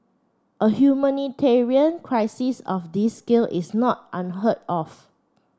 a humanitarian crisis of this scale is not unheard of